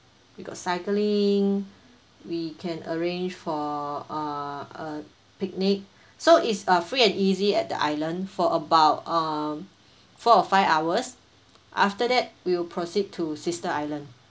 we got cycling we can arrange for uh a picnic so is a free and easy at the island for about um four or five hours after that we will proceed to sister island